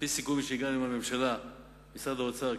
על-פי סיכום שהגענו אליו עם הממשלה ועם משרד האוצר,